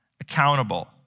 accountable